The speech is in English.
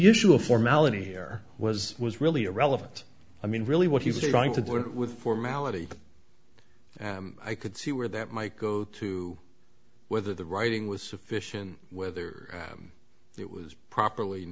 usual formality here was was really irrelevant i mean really what he was trying to do with formality and i could see where that might go to whether the writing was sufficient whether it was properly